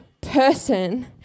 person